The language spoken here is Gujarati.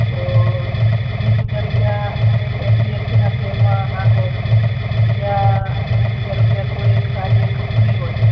તો વીસ હજાર રૂપિયા એક એચડીએફસીના શેરમાં નાખો બીજા વીસ હજાર રૂપિયા કોઈ એક સારી એવી કંપની હોય